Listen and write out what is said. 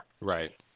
Right